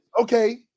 Okay